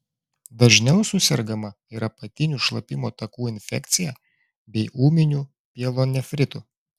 dažniau susergama ir apatinių šlapimo takų infekcija bei ūminiu pielonefritu